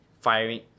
firing